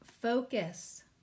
focus